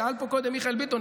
שאל פה קודם מיכאל ביטון,